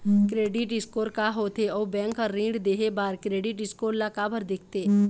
Credit score का होथे अउ बैंक हर ऋण देहे बार क्रेडिट स्कोर ला काबर देखते?